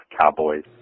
Cowboys